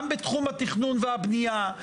גם בתחום התכנון והבנייה,